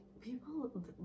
People